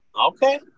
Okay